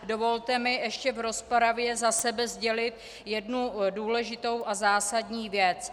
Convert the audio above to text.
Dovolte mi ještě v rozpravě za sebe sdělit jednu důležitou a zásadní věc.